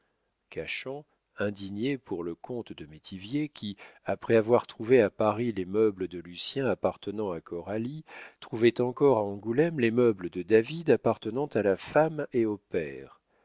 cachan indigné pour le compte de métivier qui après avoir trouvé à paris les meubles de lucien appartenant à coralie trouvait encore à angoulême les meubles de david appartenant à la femme et au père